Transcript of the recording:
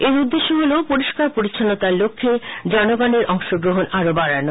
এর উদ্দেশ্য হল পরিষ্কার পরিষ্চন্নতার লক্ষ্যে জনগণের অংশগ্রহণ আরও বাডানো